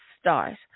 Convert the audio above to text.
stars